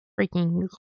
freaking